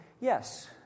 yes